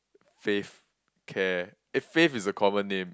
faith care eh faith is a common name